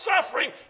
suffering